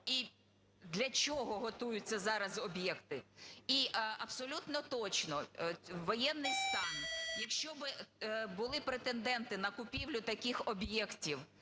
і для чого готуються зараз об'єкти. І абсолютно точно в воєнний стан, якщо би були претенденти на купівлю таких об'єктів